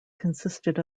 consisted